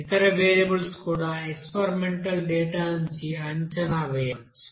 ఇతర వేరియబుల్స్ కూడా experimental data నుండి అంచనా వేయవచ్చు